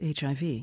HIV